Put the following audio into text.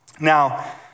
Now